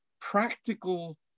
practical